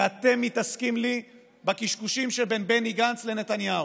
ואתם מתעסקים לי בקשקושים שבין בני גנץ לנתניהו,